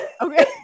Okay